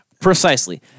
Precisely